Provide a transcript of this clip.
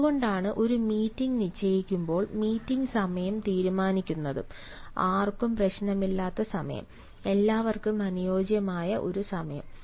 അതുകൊണ്ടാണ് ഒരു മീറ്റിംഗ് നിശ്ചയിക്കുമ്പോൾ മീറ്റിംഗ് സമയം തീരുമാനിക്കുന്നത് ആർക്കും പ്രശ്നങ്ങളില്ലാത്ത സമയം എല്ലാവർക്കും അനുയോജ്യമായ ഒരു സമയം